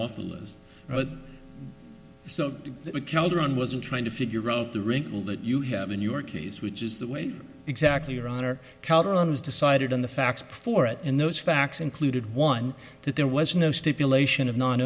off the list so calderon wasn't trying to figure out the wrinkle that you have in your case which is the way exactly your honor calderon has decided on the facts before it and those facts included one that there was no stipulation of no